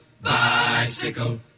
bicycle